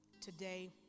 today